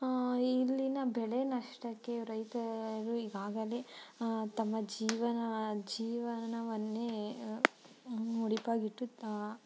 ಇಲ್ಲಿನ ಬೆಳೆ ನಷ್ಟಕ್ಕೆ ರೈತರು ಈಗಾಗಲೇ ತಮ್ಮ ಜೀವನ ಜೀವನವನ್ನೇ ಮುಡಿಪಾಗಿಟ್ಟು